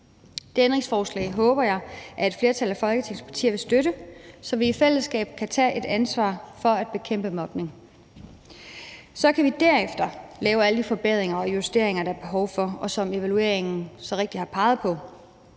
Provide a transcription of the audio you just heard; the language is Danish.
Det ændringsforslag håber jeg et flertal af Folketingets partier vil støtte, så vi i fællesskab kan tage et ansvar for at bekæmpe mobning. Så kan vi derefter lave alle de forbedringer og justeringer, der er behov for, og som evalueringen så rigtigt har peget på,